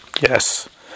Yes